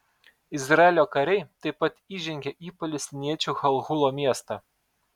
izraelio kariai taip pat įžengė į palestiniečių halhulo miestą